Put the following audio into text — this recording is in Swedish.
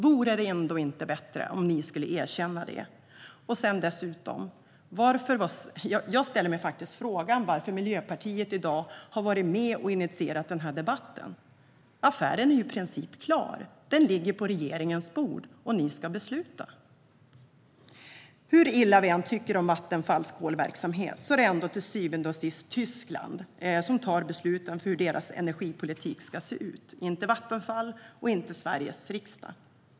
Vore det inte bättre att erkänna det? Jag ställer mig dessutom frågan: Varför har Miljöpartiet varit med och initierat den här debatten? Affären är i princip klar. Den ligger på regeringens bord, och ni ska besluta. Hur illa vi än tycker om Vattenfalls kolverksamhet är det till syvende och sist Tyskland som tar beslut om hur deras energipolitik ska se ut - det är inte Vattenfall och inte Sveriges riksdag.